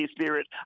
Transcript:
Spirit